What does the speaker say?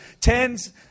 tens